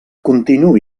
continuï